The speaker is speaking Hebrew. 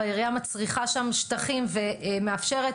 והעירייה מצריחה שם שטחים ומאפשרת,